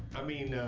i mean,